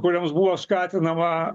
kurioms buvo skatinama